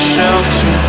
Shelter